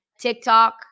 TikTok